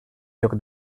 lloc